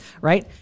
right